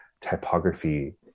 typography